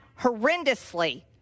horrendously